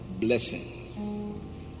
blessings